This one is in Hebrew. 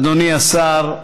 אדוני השר,